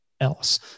Else